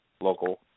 Local